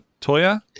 Toya